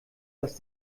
dass